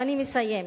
אני מסיימת.